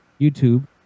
YouTube